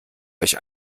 euch